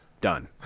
done